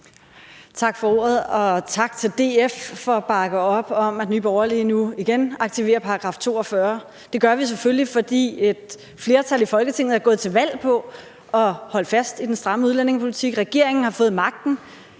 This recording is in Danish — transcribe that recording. Tak for ordet. Og tak til DF for at bakke op om, at Nye Borgerlige nu igen aktiverer § 42. Det gør vi selvfølgelig, fordi et flertal i Folketinget er gået til valg på at holde fast i den stramme udlændingepolitik. Socialdemokratiet har fået magten,